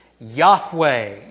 Yahweh